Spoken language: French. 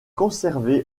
conservé